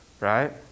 Right